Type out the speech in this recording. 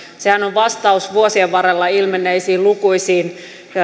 sehän on vastaus vuosien varrella ilmenneisiin lukuisiin